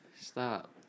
Stop